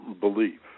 belief